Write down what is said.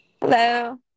Hello